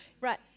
Right